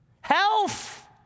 health